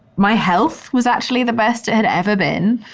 my health was actually the best it had ever been.